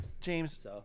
James